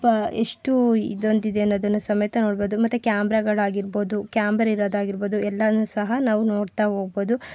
ಎಷ್ಟು ಇದು ಹೊಂದಿದೆ ಅನ್ನೋದನ್ನು ಸಮೇತ ನೋಡ್ಬೋದು ಮತ್ತೆ ಕ್ಯಾಮ್ರಾಗಳಾಗಿರ್ಬೋದು ಕ್ಯಾಮ್ರಾ ಇರೋದು ಆಗಿರ್ಬೊದು ಎಲ್ಲನೂ ಸಹ ನಾವು ನೋಡ್ತಾಹೋಗ್ಬೊದು